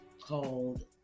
called